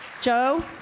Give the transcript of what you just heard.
Joe